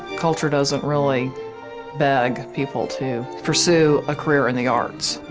culture doesn't really beg people to pursue a career in the arts.